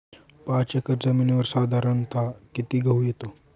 पाच एकर जमिनीवर साधारणत: किती गहू येतो?